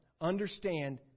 understand